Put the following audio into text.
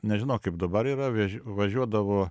nežinau kaip dabar yra vež važiuodavo